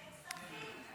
כספים.